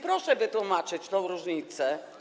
Proszę wytłumaczyć tę różnicę.